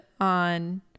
on